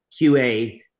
QA